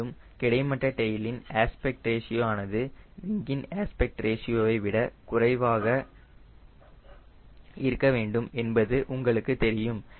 மேலும் கிடைமட்ட டெயிலின் ஏஸ்பெக்ட் ரேஷியோ ஆனது விங்கின் ஏஸ்பெக்ட் ரேஷியோவை விட குறைவாக இருக்க வேண்டும் என்பது உங்களுக்கு தெரியும்